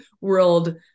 world